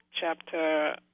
chapter